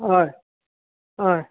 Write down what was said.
हय हय